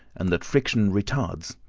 and that friction retards,